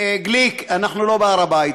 גליק, אנחנו לא בהר-הבית.